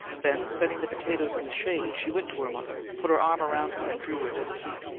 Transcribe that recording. then setting the potatoes in the shade, she went to her mother, put her arm around her, and drew her to the seat.